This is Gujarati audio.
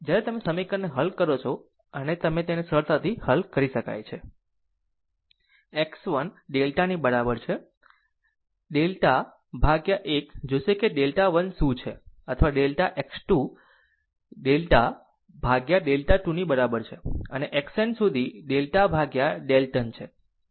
જ્યારે તમે આ સમીકરણને હલ કરો છો આમ તેને સરળતાથી હલ કરી શકાય છે x 1 ડેલ્ટાની બરાબર છે 1 ડેલ્ટા ભાગ્યા 1 જોશે કે ડેલ્ટા 1 શું છે અથવા ડેલ્ટા x 2 ડેલ્ટા ભાગ્યા ડેલ્ટા 2 ની બરાબર છે અને xn સુધીડેલ્ટા ભાગ્યા ડેલ્ટન છે